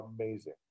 amazing